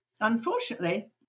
unfortunately